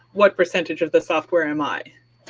what percentage of the software am i,